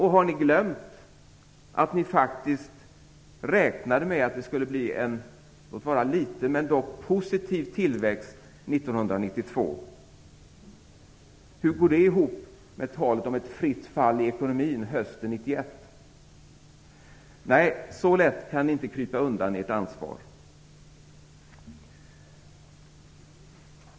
Har ni glömt att ni faktiskt räknade med att det skulle bli en, låt vara liten men dock, positiv tillväxt 1992? Hur går det ihop med talet om ett fritt fall i ekonomin hösten 1991? Nej, så lätt kan ni inte krypa undan ert ansvar.